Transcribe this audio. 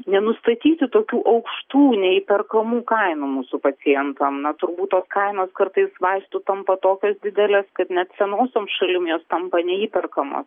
nenustatyti tokių aukštų neįperkamų kainų mūsų pacientam na turbūt to kainos kartais vaistų tampa tokios didelės kad net senosioms šalim jos tampa neįperkama